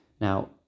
Now